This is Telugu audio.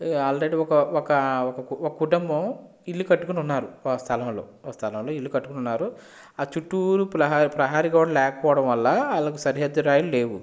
ఆల్రెడీ ఒక కుటుంబం ఇల్లు కట్టుకుని ఉన్నారు ఓ స్థలంలో ఓ స్థలంలో ఇల్లు కట్టుకుని ఉన్నారు ఆ చుట్టూరా ప్రహరీ గోడ లేకపోవడం వల్ల వాళ్ళకి సరిహద్దు రాయిలు లేవు